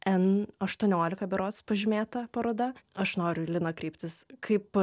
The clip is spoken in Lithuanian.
n aštuoniolika berods pažymėta paroda aš noriu į liną kryptis kaip